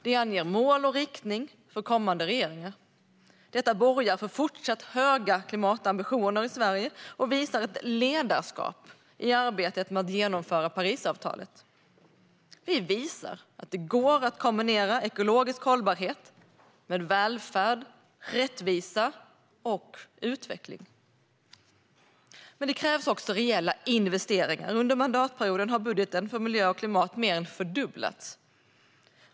Det anger mål och riktning för kommande regeringar. Detta borgar för fortsatt höga klimatambitioner i Sverige och visar ett ledarskap i arbetet med att genomföra Parisavtalet. Vi visar att det går att kombinera ekologisk hållbarhet med välfärd, rättvisa och utveckling. Men det krävs också reella investeringar. Under mandatperioden har budgeten för miljö och klimat mer än fördubblats.